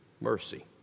mercy